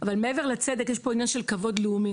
אבל מעבר לצדק, יש פה עניין של כבוד לאומי.